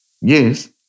Yes